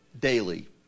daily